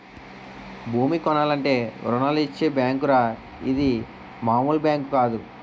భూమి కొనాలంటే రుణాలిచ్చే బేంకురా ఇది మాములు బేంకు కాదు